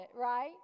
right